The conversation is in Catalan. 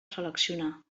seleccionar